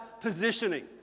positioning